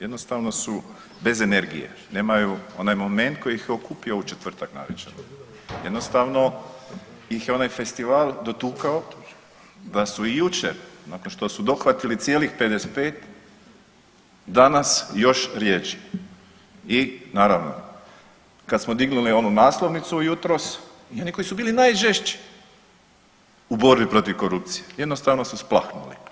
Jednostavno su bez energije, nemaju onaj moment koji ih je okupio u četvrtak navečer, jednostavno ih je onaj festival dotukao da su i jučer nakon što su dohvatili cijelih 55, danas još rjeđi i naravno, kad smo dignuli onu naslovnicu jutros i oni koji su bili najžešći u borbi protiv korupcije, jednostavno su splahnuli.